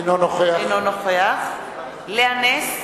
אינו נוכח לאה נס,